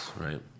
right